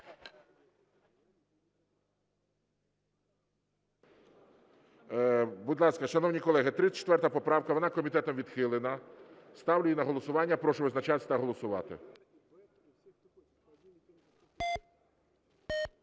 Будь ласка, шановні колеги, 34 поправка, вона комітетом відхилена. Ставлю її на голосування. Прошу визначатись та голосувати.